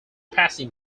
passing